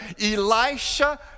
Elisha